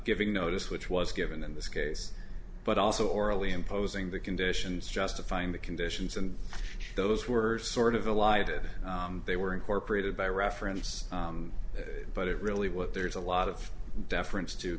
giving notice which was given in this case but also orally imposing the conditions justifying the conditions and those were sort of alighted they were incorporated by reference but it really what there's a lot of deference t